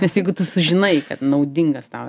nes jeigu tu sužinai kad naudingas tau